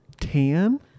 Tan